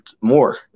More